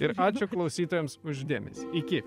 ir ačiū klausytojams už dėmesį iki